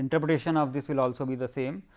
interpretation of this will also the the same,